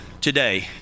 today